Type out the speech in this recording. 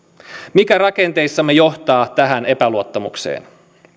mikä rakenteissamme johtaa tähän epäluottamukseen